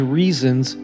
reasons